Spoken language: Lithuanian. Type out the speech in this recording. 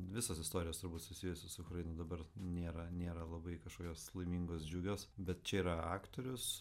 visos istorijos susijusios su ukraina dabar nėra nėra labai kažkokios laimingos džiugios bet čia yra aktorius